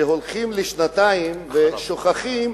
לשנתיים, שוכחים